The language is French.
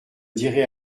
direz